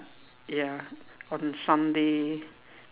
ya on Sunday